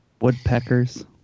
Woodpeckers